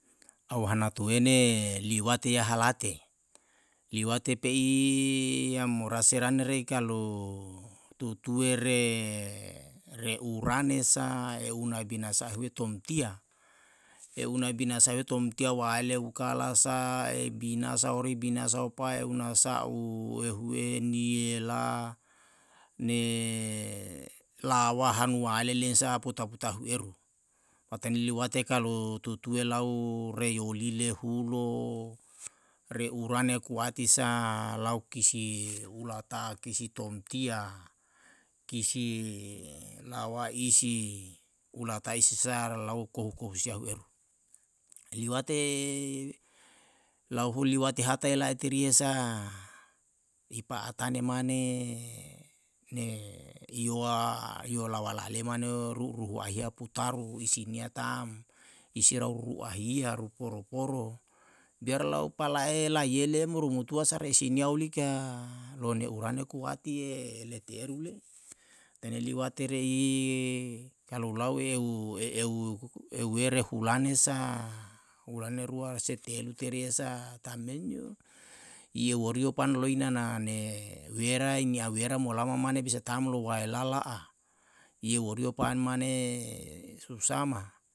Au hana tuene liwate ya halate, liwate pe'i yam murase rane rei kalu tutue re reurane sa e una binasa ehue tomtia, e una binasae tomtia waele ukala sa e binasa ori binasa opae una sa'u ehu niela ne lawahan waele leinsa pota pota hu eru. patan ni liwate kalu tutue lau reyolile hulo reurane kuati sa lau kisi ulata kisi tomtia, kisi lawa isi ulatae isi sa relau kohu kohu si sau hu eru. liwate lau huliwate hata elae terie sa i pa'atane mane ne iyowa iyo lawa lale maneo ru'u ru'u ahia putaru isi nia ta'm, isi rau ru'u ahia ru poro poro biar lau pala'e laiye le'e morotua resinia olika lone urane kuatie leti eru le'e. tanei liwati re'i kalu lau ehu ehu were hulane sa hulane rua se telu terie sa tam menio. ye worio pan loi nana ne wera ni a wera molama mane bisa tam lo wae lala'a ye worio pan mane susah ma